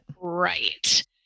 Right